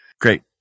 great